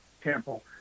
temple